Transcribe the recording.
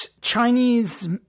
Chinese